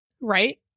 Right